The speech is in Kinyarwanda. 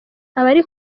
abari